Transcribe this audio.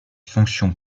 fonctions